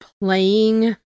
playing